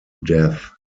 death